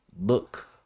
look